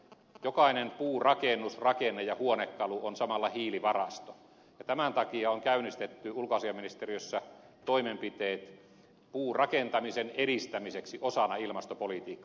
jokainen puurakennus rakenne ja huonekalu on samalla hiilivarasto ja tämän takia on käynnistetty ulkoasiainministeriössä toimenpiteet puurakentamisen edistämiseksi osana ilmastopolitiikkaa